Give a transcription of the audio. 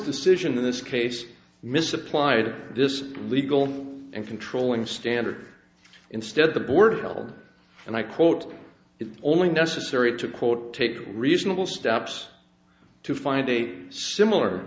decision in this case misapplied this legal and controlling standard instead the board will and i quote it is only necessary to quote take reasonable steps to find a similar